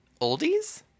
Oldies